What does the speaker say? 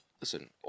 listen